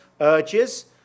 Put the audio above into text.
urges